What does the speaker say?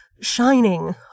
shining